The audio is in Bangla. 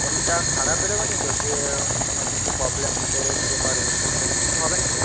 ফোনটা খারাপ বেরোবেনা তো যে কোনও কিছু প্রবলেম বেরোতে পারে এরকম কিছু হবে না তো